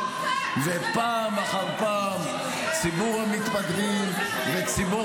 --- ופעם אחר פעם ציבור המתפקדים וציבור